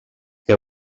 que